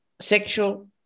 sexual